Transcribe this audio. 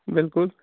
بلکُل